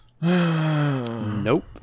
Nope